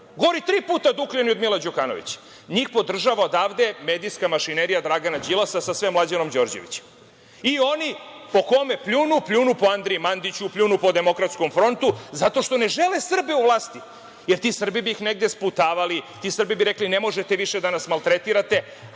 gori Dukljani od Mila Đukanovića, tri puta gori. Njih podržava odavde medijska mašinerija Dragana Đilasa sa sve Mlađanom Đorđevićem. Oni po kome pljunu? Pljunu po Andriji Mandiću, po Demokratskom frontu, zato što ne žele Srbe u vlasti, jer ti Srbi bi ih negde sputavali, ti Srbi bi rekli – ne možete više da nas maltretirate,